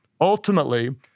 Ultimately